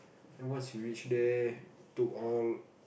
then once you reach there took all